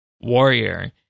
Warrior